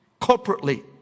corporately